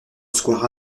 square